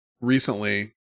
recently